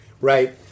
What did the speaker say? Right